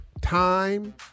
Time